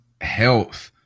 health